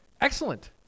Excellent